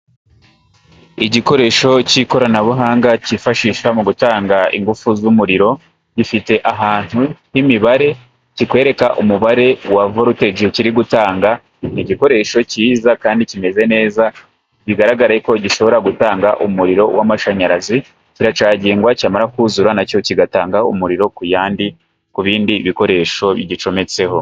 Igikoresho cy'ikoranabuhanga cyifashisha mu gutanga ingufu z'umuriro, gifite ahantu h'imibare kikwereka umubare wa voltegi, kiri gutanga igikoresho cyiza kandi kimeze neza bigaragaye ko gishobora gutanga umuriro w'amashanyarazi, kiracagingwa cyamara kuzura na cyo kigatanga umuriro ku bindi bikoresho gicometseho.